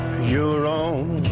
your own